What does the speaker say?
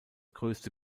größte